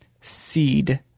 Seed